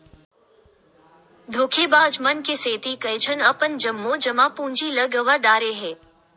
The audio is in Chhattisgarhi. धोखेबाज मन के सेती कइझन अपन जम्मो जमा पूंजी ल गंवा डारे हे